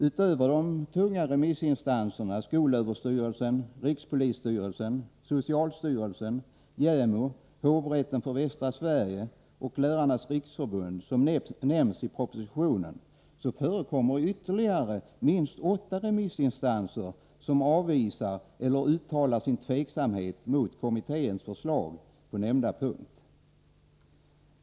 Utöver de tunga remissinstanserna skolöverstyrelsen, rikspolisstyrelsen, socialstyrelsen, JämO, hovrätten för västra Sverige och Lärarnas riksförbund, som nämns i propositionen, finns ytterligare minst åtta remissinstanser som avvisar eller uttalar sin tveksamhet mot kommitténs förslag på nämnda punkt.